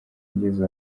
ngeze